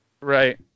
Right